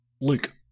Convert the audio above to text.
Luke